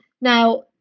Now